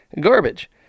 garbage